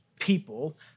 people